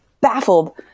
baffled